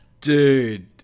dude